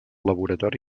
laboratori